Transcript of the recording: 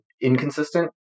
inconsistent